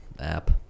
App